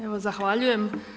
Evo zahvaljujem.